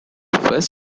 first